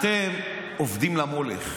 אתם עובדים למולך.